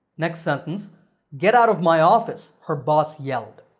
next sentence get out of my office! her boss yelled.